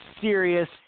serious